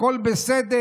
והכול בסדר,